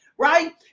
right